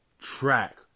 track